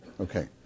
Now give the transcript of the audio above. Okay